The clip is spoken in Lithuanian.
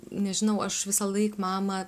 nežinau aš visąlaik mamą